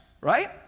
right